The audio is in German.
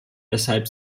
weshalb